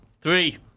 Three